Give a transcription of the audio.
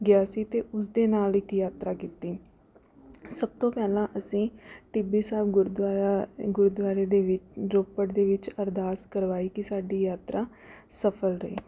ਗਿਆ ਸੀ ਅਤੇ ਉਸਦੇ ਨਾਲ ਇੱਕ ਯਾਤਰਾ ਕੀਤੀ ਸਭ ਤੋਂ ਪਹਿਲਾਂ ਅਸੀਂ ਟਿੱਬੀ ਸਾਹਿਬ ਗੁਰਦੁਆਰਾ ਗੁਰਦੁਆਰੇ ਦੇ ਵਿੱ ਰੋਪੜ ਦੇ ਵਿੱਚ ਅਰਦਾਸ ਕਰਵਾਈ ਕਿ ਸਾਡੀ ਯਾਤਰਾ ਸਫਲ ਰਹੇ